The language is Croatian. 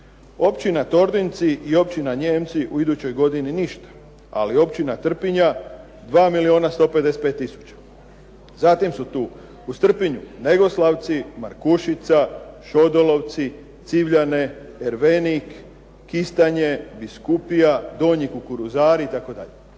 Općina Tordinci i općina Njemci u idućoj godini ništa, ali općina Trpinja 2 milijuna 155 tisuća kuna. Zatim su tu uz Trpinju Negoslavci, Markušica, Šodolovci, Civljanje, Ervenik, Kistanje, Biskupija, Donji Kukruzari itd.